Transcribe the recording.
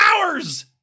hours